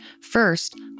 First